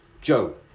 Joe